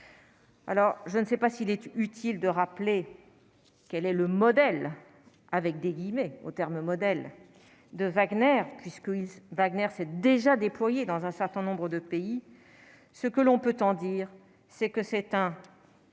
Alors je ne sais pas s'il est utile de rappeler quel est le modèle avec des guillemets, au terme, modèle de Wagner puisque Wagner cette déjà déployés dans un certain nombre de pays, ce que l'on peut en dire, c'est que c'est un